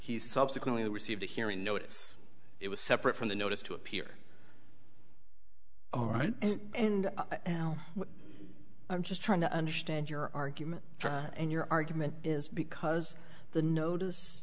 he subsequently received a hearing notice it was separate from the notice to appear all right and now i'm just trying to understand your argument and your argument is because the notice